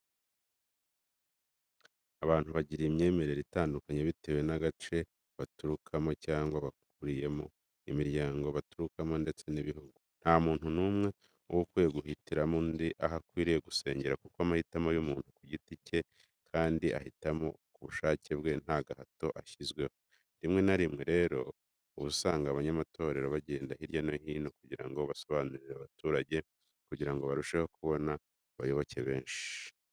Abantu bagira imyemerere itandukanye bitewe n'agace baturukamo cyangwa bakuriyemo, imiryango baturukamo ndetse n'ibihugu. Nta muntu n'umwe uba ukwiye guhitiramo undi aho akwiriye gusengera kuko ni amahitamo y'umuntu ku giti cye kandi ahitamo ku bushake bwe nta gahato asizweho. Rimwe na rimwe rero uba usanga abanyamatorero bagenda hirya no hino kugirango basobanurire abaturage kugirango barusheho kubona abayoboke benshi.